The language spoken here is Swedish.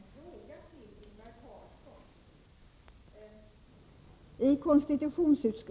Herr talman! Jag har egentligen en fråga till Ingvar Karlsson i Bengtsfors.